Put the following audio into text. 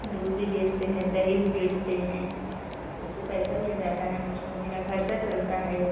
दूध भी बेचते हैं दही भी बेचते हैं उससे पैसा मिल जाता है मुझको मेरा ख़र्चा चलता है